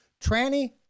tranny